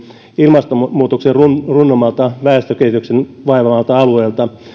ilmastonmuutoksen runnomalta väestökehityksen vaivaamalta alueelta